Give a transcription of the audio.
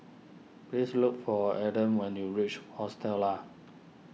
please look for Aaden when you reach Hostel Lah